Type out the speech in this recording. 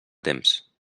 temps